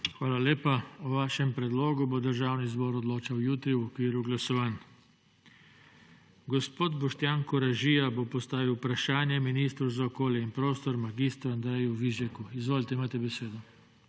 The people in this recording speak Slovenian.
Hvala lepa. O vašem predlogu bo Državni zbor odločal jutri, v okviru glasovanj. Gospod Boštjan Koražija bo postavil vprašanje ministru za okolje in prostor mag. Andreju Vizjaku. Izvolite, imate besedo.